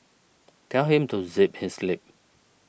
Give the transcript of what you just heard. tell him to zip his lip